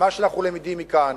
מה שאנחנו למדים מכאן